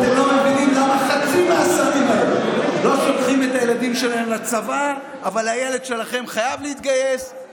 אתם שולחים את הילדים שלכם לחינוך הממלכתי?